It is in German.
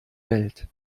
welt